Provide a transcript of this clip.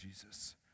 Jesus